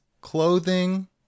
clothing